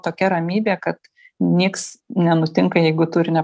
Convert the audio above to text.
tokia ramybė kad nieks nenutinka jeigu tu ir ne